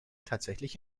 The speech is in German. tatsächlich